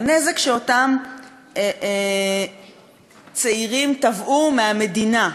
לנזק שאותם צעירים תבעו מהמדינה.